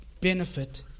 benefit